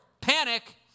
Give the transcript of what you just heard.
panic